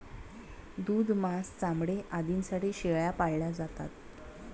दूध, मांस, चामडे आदींसाठी शेळ्या पाळल्या जातात